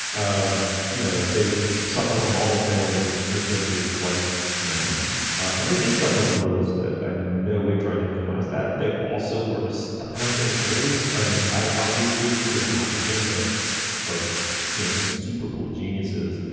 um you know they suffer from all the failings of mid century white men and they did suffer from those i'm in no way trying to minimize that. they also were astonishing writers. i mean i arguably two and a half of them are or you know in super bowl geniuses.